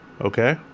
okay